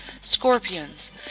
scorpions